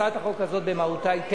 הצעת החוק הזאת במהותה היא טכנית.